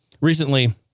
recently